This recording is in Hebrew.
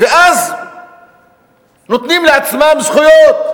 ואז נותנים לעצמם זכויות,